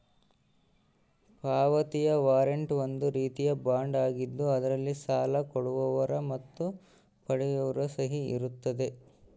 ಪಾವತಿಯ ವಾರಂಟ್ ಒಂದು ರೀತಿಯ ಬಾಂಡ್ ಆಗಿದ್ದು ಅದರಲ್ಲಿ ಸಾಲ ಕೊಡುವವರ ಮತ್ತು ಪಡೆಯುವವರ ಸಹಿ ಇರುತ್ತದೆ